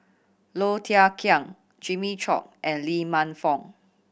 Low Thia Khiang Jimmy Chok and Lee Man Fong